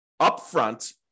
upfront